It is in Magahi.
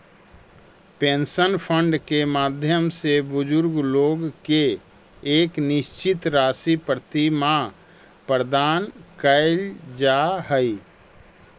पेंशन फंड के माध्यम से बुजुर्ग लोग के एक निश्चित राशि प्रतिमाह प्रदान कैल जा हई